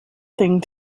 thing